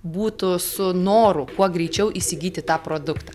būtų su noru kuo greičiau įsigyti tą produktą